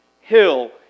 hill